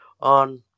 on